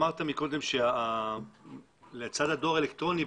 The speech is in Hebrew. אמרת קודם שלצד הדואר האלקטרוני,